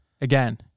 again